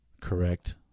correct